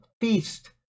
feast